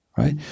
Right